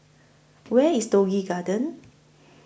Where IS Toh Yi Garden